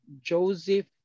Joseph